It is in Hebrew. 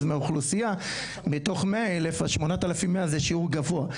מהאוכלוסיה מתוך 100 אלף 8,100 זה שיעור גבוה.